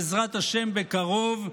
בעזרת השם בקרוב,